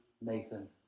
Nathan